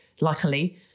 Luckily